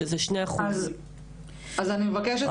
שזה 2%. אז אני מבקשת לחדד את הנתונים.